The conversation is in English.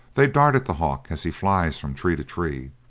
they dart at the hawk as he flies from tree to tree.